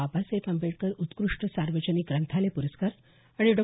बाबासाहेब आंबेडकर उत्कृष्ट सार्वजनिक ग्रंथालय प्रस्कार आणि डॉ